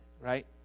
right